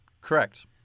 correct